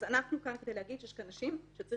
אז אנחנו כאן כדי להגיד שיש כאן נשים שצריך